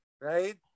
right